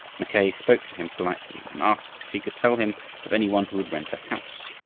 mackay spoke to him politely and asked if he could tell him of any one who would rent a house.